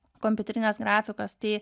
kompiuterinės grafikos tai